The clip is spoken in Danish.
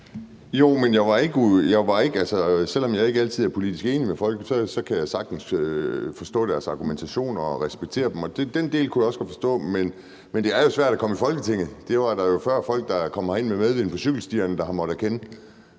Men selv om jeg ikke altid er politisk enig med folk, kan jeg sagtens forstå deres argumentation og respektere dem, og den del af det kunne jeg også godt forstå. Men det er jo svært at komme i Folketinget – det er der jo før folk der er kommet herind med medvind på cykelstierne der har måttet erkende